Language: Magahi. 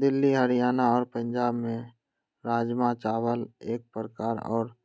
दिल्ली हरियाणा और पंजाब में राजमा चावल एक प्रमुख और